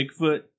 Bigfoot